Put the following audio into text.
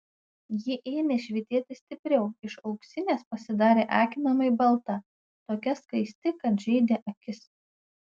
ji ėmė švytėti stipriau iš auksinės pasidarė akinamai balta tokia skaisti kad žeidė akis